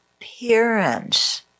appearance